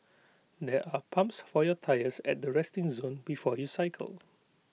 there are pumps for your tyres at the resting zone before you cycle